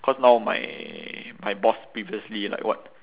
cause now my my boss previously like what